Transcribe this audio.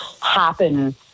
happen